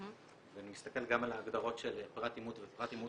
ואני מסתכל גם על ההגדרות של פרט אימות ופרט אימות